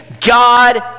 God